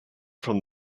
from